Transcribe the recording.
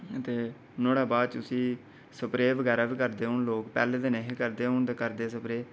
नोहाड़े बाद हून उस्सी स्प्रे बगैरा बी करदे हून लोक पैह्लै ते नीं हे करदे हून करदे